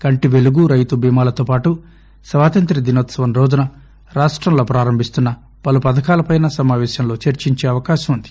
కంటిపెలుగు రైతుచీమాలతోపాటు స్వాతంత్ర దినోత్సవం రోజున రాష్టంలో ప్రారంభిస్తున్న పలు పథకాలపై సమాపేశంలో చర్సించే అవకాశం వుంది